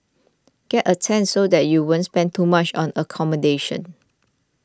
get a tent so that you won't spend too much on accommodation